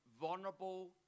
vulnerable